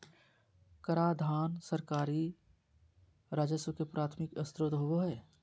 कराधान सरकारी राजस्व के प्राथमिक स्रोत होबो हइ